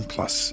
Plus